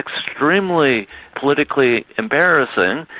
extremely politically embarrassing,